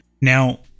now